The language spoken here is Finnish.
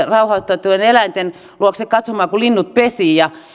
rauhoitettujen eläinten luokse katsomaan kun linnut pesivät ja